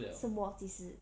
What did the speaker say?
什么几时